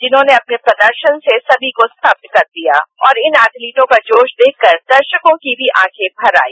इन्होंने अपने प्रदर्शन से सबको स्तब्ध कर दिया और इन एथलीटों का जोश देखकर दर्शकों की भी आंखें भर आई